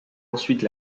ensuite